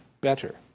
better